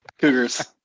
Cougars